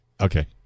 Okay